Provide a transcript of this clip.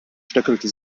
stöckelte